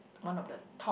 one of the top